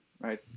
Right